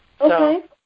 okay